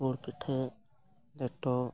ᱜᱩᱲ ᱯᱤᱴᱷᱟᱹ ᱞᱮᱴᱚ